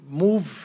move